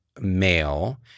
male